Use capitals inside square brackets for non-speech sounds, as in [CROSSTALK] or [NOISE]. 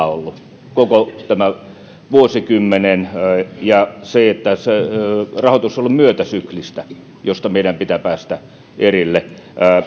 [UNINTELLIGIBLE] ollut poukkoilevaa koko tämän vuosikymmenen ja siitä että rahoitus on ollut myötäsyklistä josta meidän pitää päästä erilleen